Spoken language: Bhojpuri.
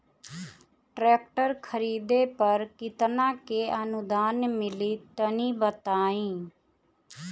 ट्रैक्टर खरीदे पर कितना के अनुदान मिली तनि बताई?